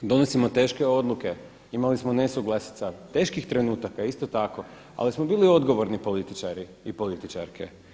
Donosimo teške odluke, imali smo nesuglasica, teških trenutaka isto tako, ali smo bili odgovorni političari i političarke.